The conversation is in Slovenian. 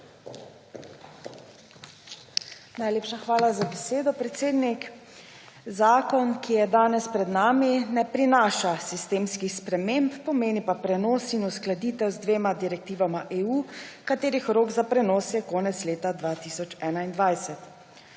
Najlepša hvala za besedo, predsednik. Zakon, ki je danes pred nami, ne prinaša sistemskih sprememb, pomeni pa prenos in uskladitev z dvema direktivama EU, katerih rok za prenos je konec leta 2021.